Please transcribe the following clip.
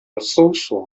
搜索